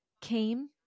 came